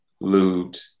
loot